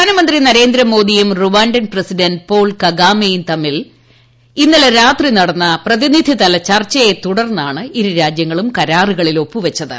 പ്രധാനമന്ത്രി നരേന്ദ്രമോദിയും റുവാ ൻ പ്രസിഡന്റ് പോൾ കഗാമെയും തമ്മിൽ ഇന്നലെ രാത്രി നടന്ന പ്രതിനിധിതല ചർച്ചയെ തുടർന്നാണ് ഇരു രാജ്യങ്ങളും കരാറുകളിൽ ഒപ്പുവച്ചത്